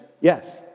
Yes